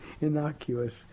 innocuous